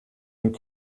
und